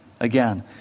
Again